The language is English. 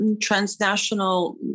transnational